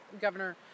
Governor